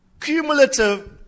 cumulative